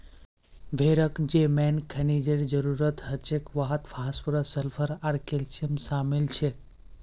भेड़क जे मेन खनिजेर जरूरत हछेक वहात फास्फोरस सल्फर आर कैल्शियम शामिल छेक